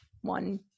one